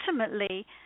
ultimately